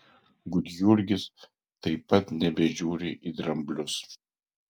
gudjurgis taip pat nebežiūri į dramblius